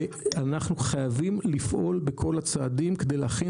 אנחנו חייבים לפעול בכל הצעדים כדי להכין